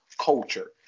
culture